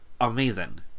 amazing